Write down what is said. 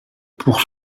pour